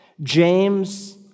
James